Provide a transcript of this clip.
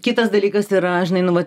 kitas dalykas yra žinai nu vat